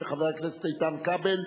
של חבר הכנסת איתן כבל.